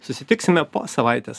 susitiksime po savaitės